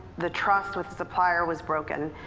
the trust with supplier was broken.